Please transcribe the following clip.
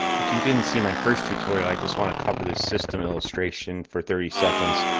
if you didn't see my first tutorial, i just want to cover this system illustration for thirty seconds.